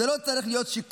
זה לא צריך להיות שיקום,